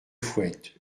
fouette